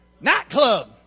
Nightclub